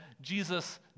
Jesus